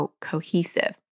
cohesive